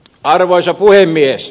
arvoisa puhemies